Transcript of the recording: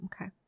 Okay